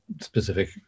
specific